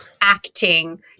acting